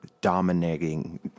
dominating